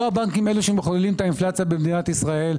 לא הבנקים אלה שמחוללים את האינפלציה במדינת ישראל.